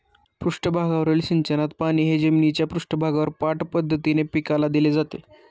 पृष्ठभागावरील सिंचनात पाणी हे जमिनीच्या पृष्ठभागावर पाठ पद्धतीने पिकाला दिले जाते